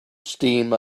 steam